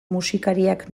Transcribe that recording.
musikariak